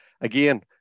Again